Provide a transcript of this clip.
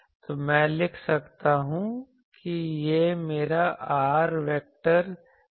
तो मैं लिख सकता हूं कि यह मेरा r वेक्टर है